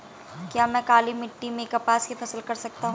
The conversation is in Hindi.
क्या मैं काली मिट्टी में कपास की फसल कर सकता हूँ?